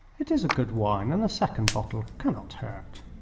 it is a good wine, and a second bottle cannot hurt.